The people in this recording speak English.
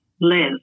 Liz